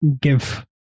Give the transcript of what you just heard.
give